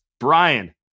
Brian